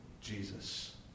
Jesus